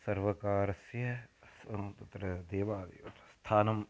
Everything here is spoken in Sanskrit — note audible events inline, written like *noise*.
सर्वकारस्य *unintelligible* तत्र देव *unintelligible* स्थानं